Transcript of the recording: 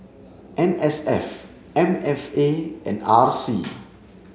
N S F M F A and R C